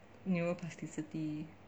neural plasticity